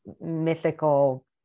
mythical